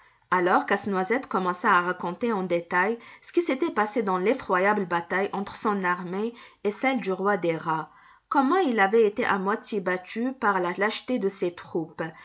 alors casse-noisette commença à raconter en détail ce qui s'était passé dans l'effroyable bataille entre son armée et celle du roi des rats comment il avait été à moitié battu par la lâcheté de ses troupes